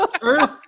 Earth